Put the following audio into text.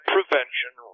Prevention